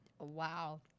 Wow